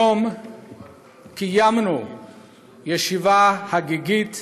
היום קיימנו ישיבה חגיגית